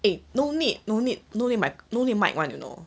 eh no need no need no need mic no need mic one you know